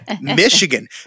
Michigan